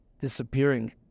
disappearing